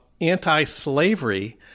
anti-slavery